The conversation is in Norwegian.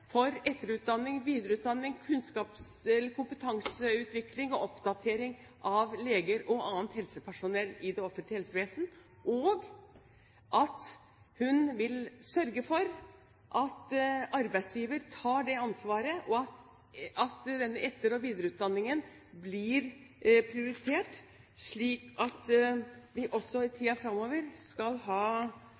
for etter- og videreutdanning, kompetanseutvikling og oppdatering av leger og annet helsepersonell i det offentlige helsevesen, og at hun vil sørge for at arbeidsgiver tar det ansvaret, og at denne etter- og videreutdanningen blir prioritert, slik at vi også i tida fremover skal ha